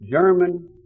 German